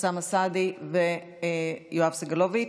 אוסאמה סעדי ויואב סגלוביץ'